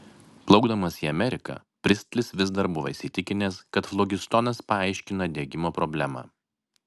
plaukdamas į ameriką pristlis vis dar buvo įsitikinęs kad flogistonas paaiškina degimo problemą